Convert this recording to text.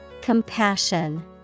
Compassion